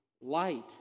light